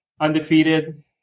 Undefeated